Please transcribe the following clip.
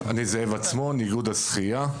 מאיגוד השחייה,